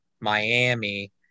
Miami